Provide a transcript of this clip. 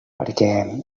perquè